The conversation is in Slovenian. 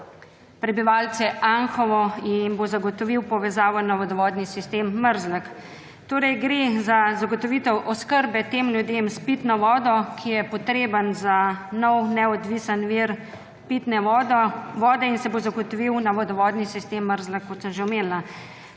prebivalce Anhova in bo zagotovil povezavo na vodovodni sistem Mrzlek. Torej gre za zagotovitev oskrbe teh ljudi s pitno vodo, ki je potreben za nov, neodvisen vir pitne vode in ki se bo zagotovil povezavo na vodovodni sistem Mrzlek, kot sem že omenila.